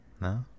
No